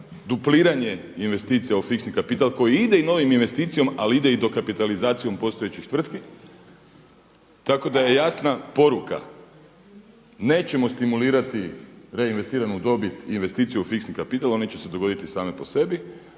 dupliranje investicija u fiksni kapital koji ide i novom investicijom, ali ide i dokapitalizacijom postojećih tvrtki. Tako da je jasna poruka, nećemo stimulirati reinvestiranu dobit investicije u fiksni kapital, one će se dogoditi same po sebi.